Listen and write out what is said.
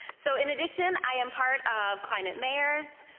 so in addition, i am part of climate mayors.